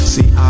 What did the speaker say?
See